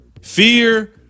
Fear